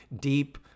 deep